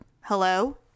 Hello